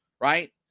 right